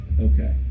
Okay